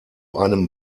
einem